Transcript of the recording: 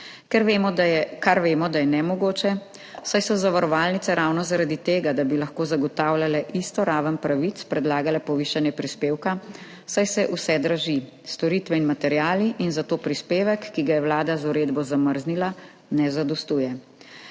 kar vemo, da je nemogoče, saj so zavarovalnice ravno zaradi tega, da bi lahko zagotavljale isto raven pravic, predlagale povišanje prispevka, saj se vse draži, storitve in materiali, in zato prispevek, ki ga je Vlada z uredbo zamrznila, ne zadostuje.